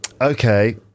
okay